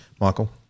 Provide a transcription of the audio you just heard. Michael